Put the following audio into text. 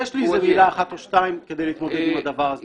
יש לי איזו מילה אחת או שתיים כדי להתמודד עם הדבר הזה.